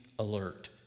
alert